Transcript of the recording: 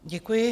Děkuji.